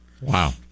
Wow